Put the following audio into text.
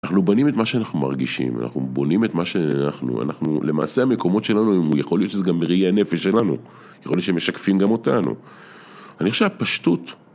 אנחנו בנים את מה שאנחנו מרגישים, אנחנו בונים את מה שאנחנו, אנחנו, למעשה המקומות שלנו, יכול להיות שזה גם מראי הנפש שלנו, יכול להיות שהם משקפים גם אותנו. אני חושב, הפשטות.